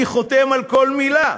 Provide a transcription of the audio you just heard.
אני חותם על כל מילה.